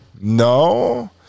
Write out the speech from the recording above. No